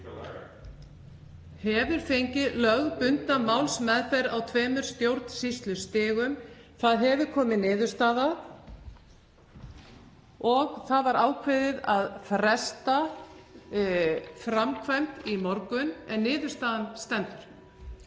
hefur fengið lögbundna málsmeðferð (Forseti hringir.) á tveimur stjórnsýslustigum. Það hefur komið niðurstaða og það var ákveðið að fresta framkvæmd í morgun en niðurstaðan stendur.